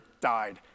died